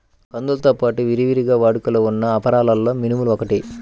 కందులతో పాడు విరివిగా వాడుకలో ఉన్న అపరాలలో మినుములు ఒకటి